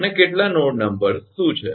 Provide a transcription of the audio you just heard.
અને કેટલા nodes number શું છે